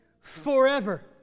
forever